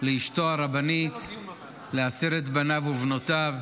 לאשתו הרבנית, לעשרת בניו ובנותיו,